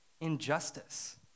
injustice